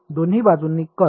दोन्ही बाजूंनी कर्ल